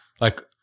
like-